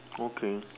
okay